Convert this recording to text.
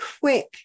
quick